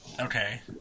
Okay